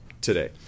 today